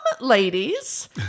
ladies